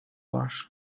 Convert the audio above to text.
var